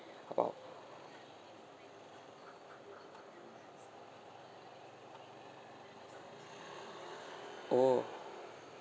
orh oh